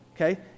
okay